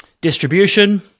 Distribution